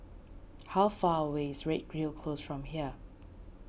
how far away is Redhill Close from here